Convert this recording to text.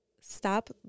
stop